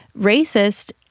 racist